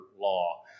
law